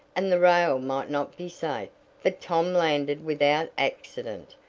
and the rail might not be safe. but tom landed without accident,